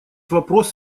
вопрос